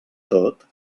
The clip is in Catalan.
tot